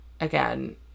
again